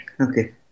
Okay